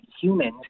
humans